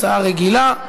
הצעה רגילה.